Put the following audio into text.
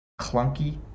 clunky